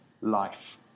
life